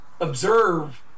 observe